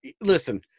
listen